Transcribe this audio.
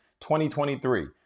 2023